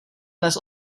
dnes